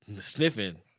sniffing